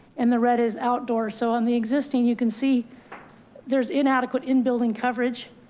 and the red is outdoor. so on the existing, you can see there's inadequate in-building coverage.